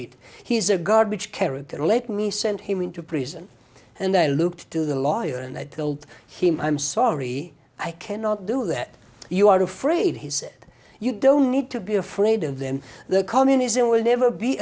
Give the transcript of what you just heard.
it he is a garbage character let me send him into prison and i looked to the lawyer and i told him i'm sorry i cannot do that you are afraid he said you don't need to be afraid of them the communism will never be